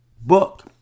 book